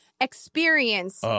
experience